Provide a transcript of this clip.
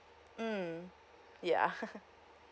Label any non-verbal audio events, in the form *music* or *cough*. mm yeah *laughs*